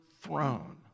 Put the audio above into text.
throne